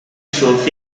should